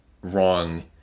wrong